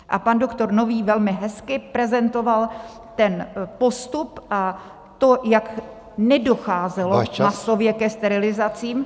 A pan doktor Nový velmi hezky prezentoval ten postup a to, jak nedocházelo masově ke sterilizacím.